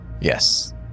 Yes